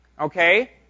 okay